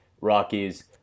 Rockies